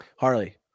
Harley